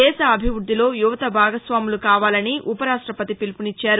దేశ అభివృద్దిలో యువత భాగస్వామ్యులు కావాలని ఉపరాష్టపతి పిలుపునిచ్చారు